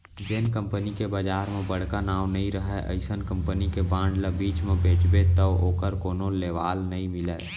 जेन कंपनी के बजार म बड़का नांव नइ रहय अइसन कंपनी के बांड ल बीच म बेचबे तौ ओकर कोनो लेवाल नइ मिलय